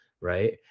right